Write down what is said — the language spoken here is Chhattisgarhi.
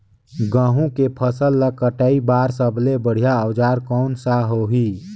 गहूं के फसल ला कटाई बार सबले बढ़िया औजार कोन सा होही?